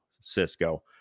Cisco